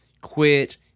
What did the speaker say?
Quit